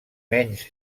menys